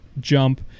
jump